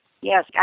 yes